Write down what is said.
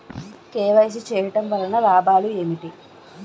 KYC చేయటం వలన లాభాలు ఏమిటి?